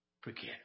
Forget